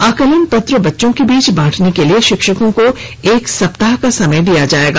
आकलन पत्र बच्चों के बीच बांटने के लिए शिक्षकों को एक सप्ताह का समय दिया जाएगा